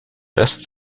just